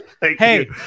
Hey